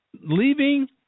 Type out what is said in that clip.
leaving